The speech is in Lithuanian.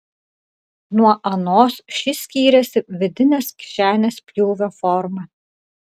nuo anos ši skyrėsi vidinės kišenės pjūvio forma